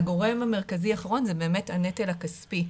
הגורם המרכזי האחרון זה באמת נטל הכספי.